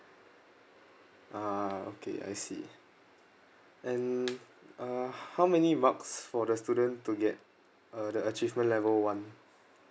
ah okay I see and uh how many marks for the student to get uh the achievement level one